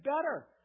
better